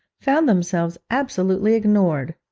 found themselves absolutely ignored.